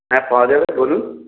হ্যাঁ পাওয়া যাবে বলুন